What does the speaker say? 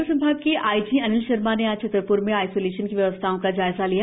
सागर संभाग के आईजी अनिल शर्मा ने आज छतरप्र में आइसोलेशन की व्यवस्थाओं का जायजा लिया